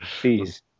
Please